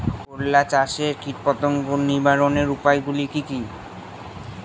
করলা চাষে কীটপতঙ্গ নিবারণের উপায়গুলি কি কী?